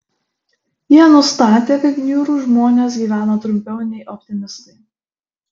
jie nustatė kad niūrūs žmonės gyvena trumpiau nei optimistai